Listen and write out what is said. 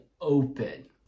open